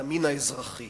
הימין האזרחי,